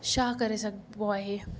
छा करे सघिबो आहे